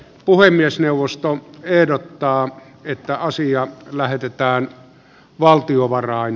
puhemiesneuvosto ehdottaa että asia lähetetään valtiovarain